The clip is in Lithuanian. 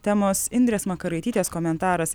temos indrės makaraitytės komentaras